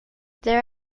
there